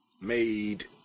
made